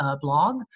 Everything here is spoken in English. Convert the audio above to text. blog